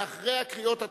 לאחרי הקריאות הטרומיות.